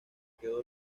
quedó